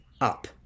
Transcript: up